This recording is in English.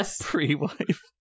Pre-wife